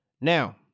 Now